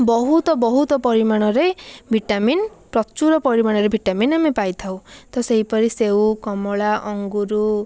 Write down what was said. ବହୁତ ବହୁତ ପରିମାଣରେ ଭିଟାମିନ୍ ପ୍ରଚୁର ପରିମାଣରେ ଭିଟାମିନ୍ ଆମେ ପାଇଥାଉ ତ ସେହିପରି ସେଉ କମଳା ଅଙ୍ଗୁରୁ